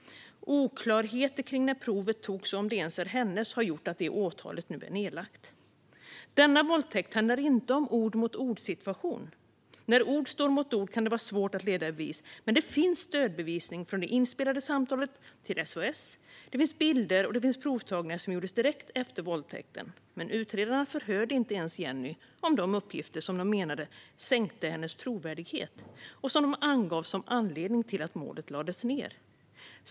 Oklarheter kring när provet togs och om det ens är hennes har gjort att det åtalet nu är nedlagt. Denna våldtäkt handlar inte om en ord-mot-ord-situation. När ord står mot ord kan det vara svårt att leda något i bevis. Men det finns stödbevisning från det inspelade samtalet till SOS Alarm. Det finns bilder, och det finns provtagningar som gjordes direkt efter våldtäkten. Men utredarna förhörde inte ens Jenny om de uppgifter som de menade sänkte hennes trovärdighet och som de angav som anledning till att målet lades ned.